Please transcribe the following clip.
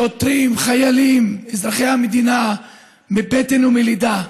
שוטרים, חיילים, אזרחי המדינה מבטן ומלידה,